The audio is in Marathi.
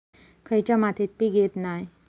खयच्या मातीत पीक येत नाय?